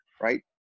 right